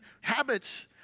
Habits